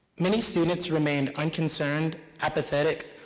many students remained unconcerned, apathetic,